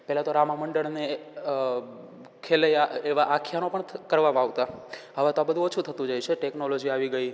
પહેલાં તો રામા મંડળને ખેલૈયા એવા આખ્યાનો પણ કરવામાં આવતા હવે તો આ બધું ઓછું થતું જાય છે ટેકનોલોજી આવી ગઈ